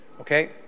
okay